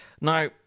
Now